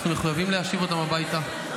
אנחנו מחויבים להשיב אותם הביתה.